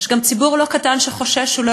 יש גם ציבור לא קטן שחושש שהוא לא